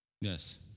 yes